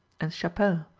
and chapelle,